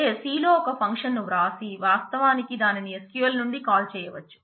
అంటే C లో ఒక ఫంక్షన్ను వ్రాయగలము